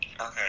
Okay